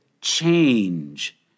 change